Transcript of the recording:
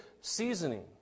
seasoning